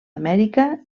amèrica